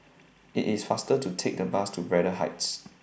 IT IS faster to Take The Bus to Braddell Heights